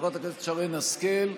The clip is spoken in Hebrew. חברת הכנסת שרן השכל,